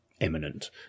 eminent